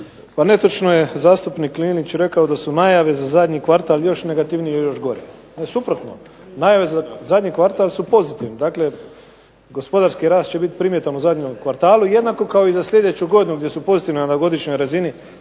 Pa netočno je zastupnik Linić rekao da su najave za zadnji kvartal još negativniji i još gori. Suprotno. Zadnji kvartali su pozitivni. Dakle, gospodarski rast će biti primjetan u zadnjem kvartalu jednako kao i za sljedeću godinu gdje su pozitivni na godišnjoj razini.